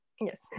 yes